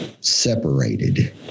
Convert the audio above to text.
separated